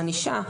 בענישה.